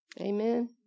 Amen